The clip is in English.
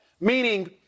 Meaning